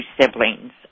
siblings